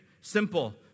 Simple